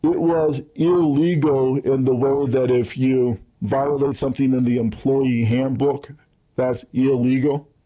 it was illegal in the way that if you violate something in the employee handbook that's illegal.